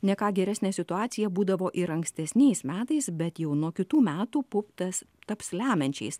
ne ką geresnė situacija būdavo ir ankstesniais metais bet jau nuo kitų metų pup tas taps lemiančiais